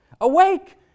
Awake